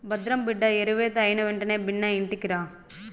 భద్రం బిడ్డా ఏరివేత అయినెంటనే బిన్నా ఇంటికిరా